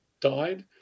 Died